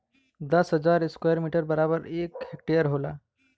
दस हजार square metre बराबर एक हेक्टेयर होला